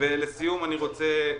ולסיום אני רוצה להודות,